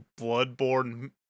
bloodborne